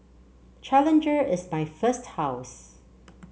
challenger is my first house